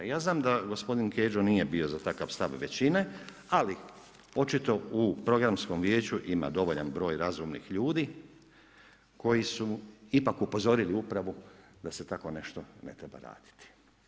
Ja znam da gospodin Kedžo nije bio za takav stav većine, ali očito u Programskom vijeću ima dovoljan broj razumnih ljudi koji su ipak upozorili upravu da se tako nešto ne treba raditi.